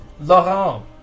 Laurent